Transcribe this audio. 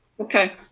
Okay